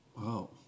Wow